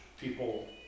people